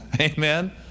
Amen